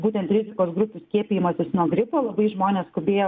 būtent rizikos grupių skiepijimasis nuo gripo labai žmonės skubėjo